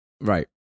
Right